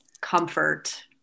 comfort